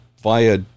via